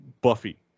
Buffy